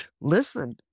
listen